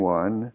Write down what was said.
one